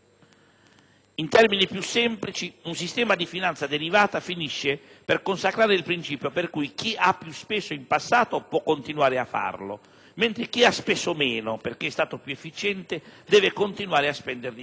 In termini più semplici, un sistema di finanza derivata finisce per consacrare il principio per cui chi ha più speso in passato può continuare a farlo, mentre chi ha speso meno - perché è stato più efficiente - deve continuare a spendere meno.